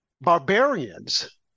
barbarians